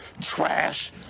Trash